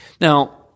Now